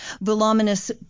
voluminous